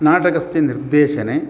नाटकस्य निर्देशने